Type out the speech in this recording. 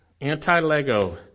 Anti-LEGO